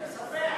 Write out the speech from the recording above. לספח.